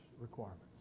requirements